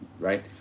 right